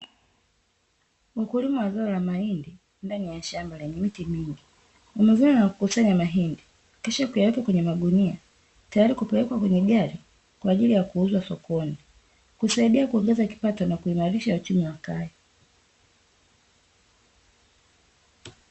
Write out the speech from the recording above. Wakulima wa zao la mahindi ndani ya shamba lenye miti mingi ni mwanzoni mwa kukusanya mahindi kisha kuyaweka kwenye magunia tayari kupelekwa kwenye gari kwaajiri ya kuuzwa sokoni, kusaidia kuongeza kipato na kuimarisha uchumi wa kaya.